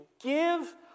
give